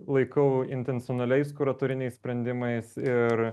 laikau intencionaliais kuratoriniais sprendimais ir